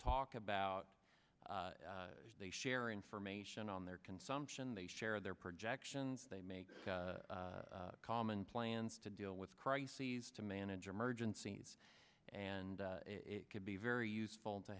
talk about they share information on their consumption they share their projections they make common plans to deal with crises to manage emergencies and it could be very useful to